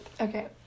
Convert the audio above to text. Okay